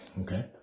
Okay